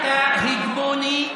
אתה הגמוני,